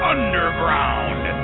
Underground